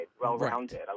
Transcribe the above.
Well-rounded